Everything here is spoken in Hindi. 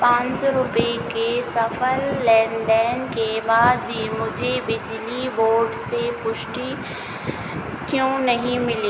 पांच सौ रुपये के सफल लेनदेन के बाद भी मुझे बिजली बोर्ड से पुष्टि क्यों नहीं मिली